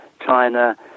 China